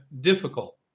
difficult